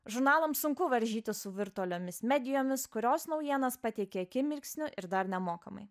žurnalams sunku varžytis su virtualiomis medijomis kurios naujienas pateikia akimirksniu ir dar nemokamai